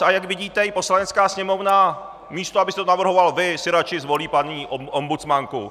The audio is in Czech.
A jak vidíte, i Poslanecká sněmovna, místo abyste to navrhoval vy, si radši zvolí paní ombudsmanku.